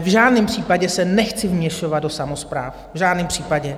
V žádném případě se nechci vměšovat do samospráv, v žádném případě.